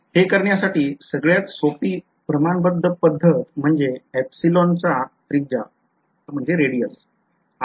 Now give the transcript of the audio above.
हे करण्यासाठी सगळ्यात सोपी प्रमाणबद्ध पद्धत म्हणजे एप्सिलॉनचा त्रिज्या असलेले एक वर्तुळ घेणे